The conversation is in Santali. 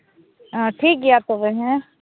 ᱟᱨ ᱴᱷᱤᱠ ᱜᱮᱭᱟ ᱛᱚᱵᱮ ᱦᱮᱸ